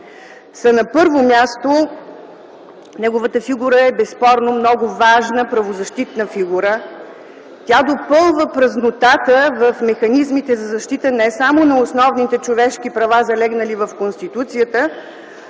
са: на първо място, неговата фигура е безспорно много важна правозащитна фигура. Тя допълва празнотата в механизмите за защита не само на основните човешки права залегнали в Конституцията,